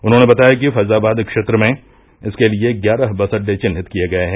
उन्होंने बताया कि फैजाबाद क्षेत्र में इसके लिये ग्यारह बस अड्डे चिन्हित किये गये हैं